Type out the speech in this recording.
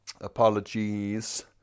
Apologies